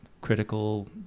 critical